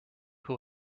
who